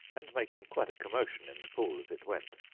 and making quite a commotion in the pool as it went.